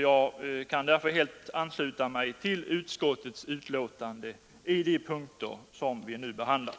Jag kan därför helt ansluta mig till utskottets hemställan på de punkter som vi nu behandlar.